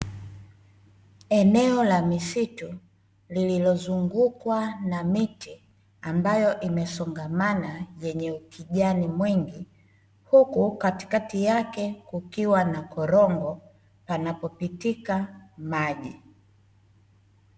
Eneo la misitu lililozungukwa na miti, ambayo imesongamana yenye ukijani mwingi, huku katikati yake kukiwa na korongo panapopitika maji.